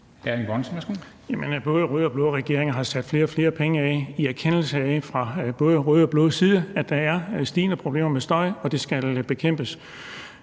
både røde og blå regeringer har sat flere og flere penge af i erkendelse af – både fra rød og blå side – at der er stigende problemer med støj, og at det skal bekæmpes.